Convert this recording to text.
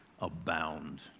abound